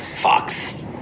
Fox